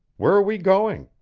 where are we going?